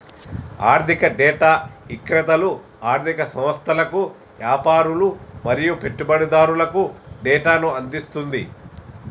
ఆర్ధిక డేటా ఇక్రేతలు ఆర్ధిక సంస్థలకు, యాపారులు మరియు పెట్టుబడిదారులకు డేటాను అందిస్తుంది